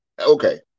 Okay